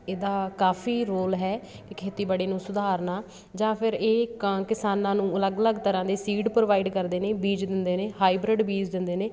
ਇਹਦਾ ਕਾਫ਼ੀ ਰੋਲ ਹੈ ਕਿ ਖੇਤੀਬਾੜੀ ਨੂੰ ਸੁਧਾਰਨਾ ਜਾਂ ਫਿਰ ਇਹ ਕ ਕਿਸਾਨਾਂ ਨੂੰ ਅਲੱਗ ਅਲੱਗ ਤਰ੍ਹਾਂ ਦੇ ਸੀਡ ਪ੍ਰੋਵਾਈਡ ਕਰਦੇ ਨੇ ਬੀਜ ਦਿੰਦੇ ਨੇ ਹਾਈਬ੍ਰਿਡ ਬੀਜ ਦਿੰਦੇ ਨੇ